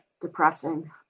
depressing